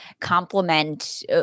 complement